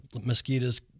Mosquitoes